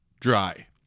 dry